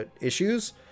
issues